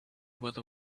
whether